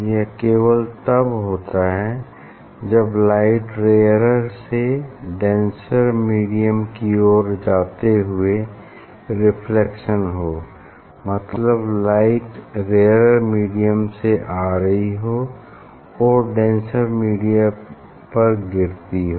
यह केवल तब होता है जब लाइट रेअरर से डेंसर मीडियम की ओर जाते हुए रिफ्लेक्शन हो मतलब लाइट रेअरर मीडियम से आ रही हो और डेंसर मीडियम पर गिरती हो